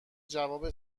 جواب